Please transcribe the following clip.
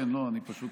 אני פשוט